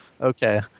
Okay